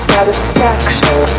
Satisfaction